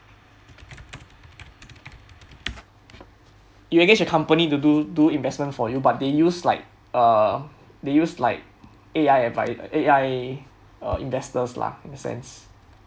you engage a company to do do investment for you but they use like uh they use like A_I advi~ A_I uh investors lah in a sense